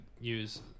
use